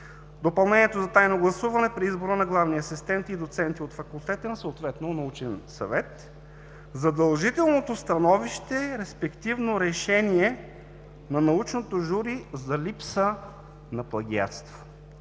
допълнението за тайно гласуване при избора на главни асистенти и доценти от факултетен, съответно научен съвет: задължителното становище, респективно решение на научното жури за липса на плагиатство